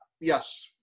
yes